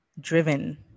driven